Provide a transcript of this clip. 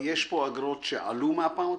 יש פה אגרות שעלו מהפעם הקודמת?